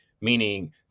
meaning